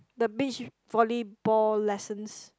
the beach volleyball lessons